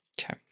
Okay